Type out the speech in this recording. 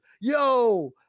yo